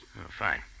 Fine